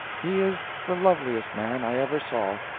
he is the loveliest man i ever saw,